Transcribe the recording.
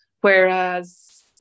Whereas